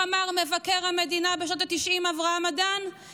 איך אמר מבקר המדינה אברהם אדן בשנות התשעים?